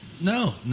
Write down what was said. No